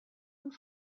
und